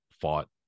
fought